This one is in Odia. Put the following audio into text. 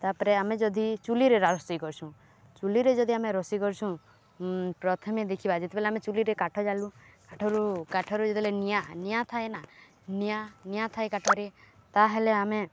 ତାପରେ ଆମେ ଯଦି ଚୂଲିରେ ରୋଷେଇ କରସୁଁ ଚୂଲିରେ ଯଦି ଆମେ ରୋଷେଇ କରସୁଁ ପ୍ରଥମେ ଦେଖିବା ଯେତେବେଲେ ଆମେ ଚୂଲିରେ କାଠ ଜାଲୁ କାଠରୁ କାଠରୁ ଯେତେବେଲେ ନିଆଁ ନିଆଁ ଥାଏ ନା ନିଆଁ ନିଆଁ ଥାଏ କାଠରେ ତାହେଲେ ଆମେ